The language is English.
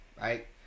right